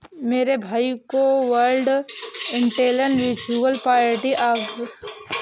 मेरे भाई को वर्ल्ड इंटेलेक्चुअल प्रॉपर्टी आर्गेनाईजेशन की सभी नियम और निर्देशों की जानकारी है